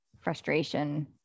frustration